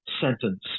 sentence